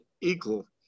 equal